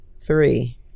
three